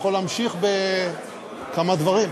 יכול להמשיך בכמה דברים.